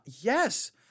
Yes